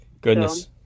Goodness